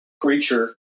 creature